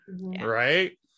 right